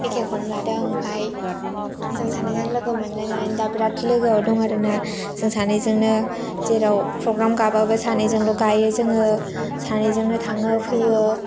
एखेखौनो लादों आं ओमफ्राय जों सानैजों लोगो मोनलायनानै दा बेराद लोगोआव दं आरो ना जों सानैजोंनो जेराव प्रग्राम गाबाबो सानैजोंल' गायो जोङो सानैजोंनो थाङो फैयो